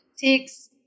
takes